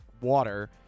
water